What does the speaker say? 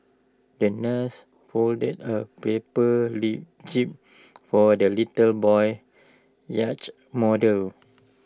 the nurse folded A paper jib for the litter boy's yacht model